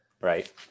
Right